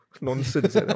nonsense